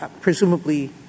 presumably